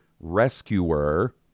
rescuer